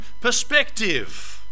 perspective